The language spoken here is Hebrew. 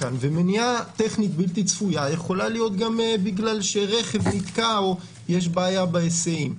ומניעה טכנית בלתי צפויה יכולה להיות כי רכב נתקע או יש בעיה בהיסעים.